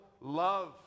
love